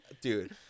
dude